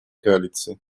коалиции